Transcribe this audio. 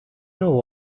know